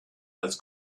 als